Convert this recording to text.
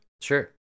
Sure